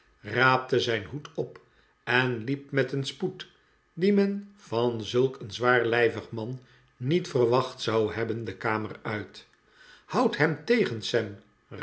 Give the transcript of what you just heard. raapte zijn hoed op en liep met een spoed dien men van zulk een zwaarlijvig man niet verwacht zou hebben de kamer uit houd hem tegen sam